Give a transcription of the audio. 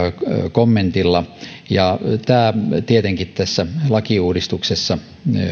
kommentilla ja tämä tietenkin tässä lakiuudistuksessa